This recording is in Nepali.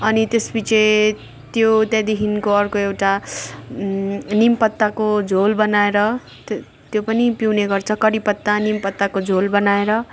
अनि त्यस पछि त्यो त्यहाँदेखिको अर्को एउटा निम पत्ताको झोल बनाएर त्यो पनि पिउने गर्छन् क कडी पत्ता निम पत्ताको झोल बनाएर